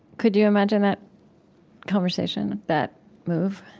could you imagine that conversation, that move?